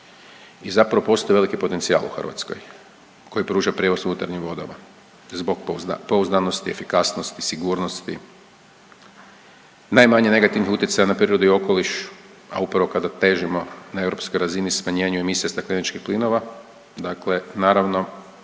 i zapravo postoji veliki potencijal u Hrvatskoj koji pruža prijevoz u unutarnjim vodama zbog pouzdanosti, efikasnosti, sigurnosti. Najmanje negativnih utjecaja na prirodu i okoliš, a upravo kada težimo na europskoj razini smanjenju emisija stakleničkih plinova, dakle naravno